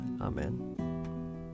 Amen